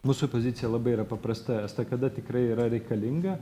mūsų pozicija labai yra paprastai estakada tikrai yra reikalinga